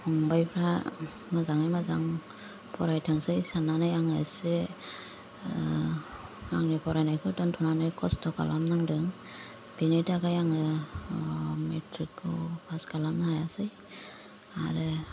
फंबाइफोरा मोजाङै मोजां फरायथोंसै साननानै आङो एसे आंनि फरायनायखौ दोनथ'नानै खस्थ खालामनांदों बेनि थाखाय आङो मेट्रिक खौ पास खालामनो हायासै आरो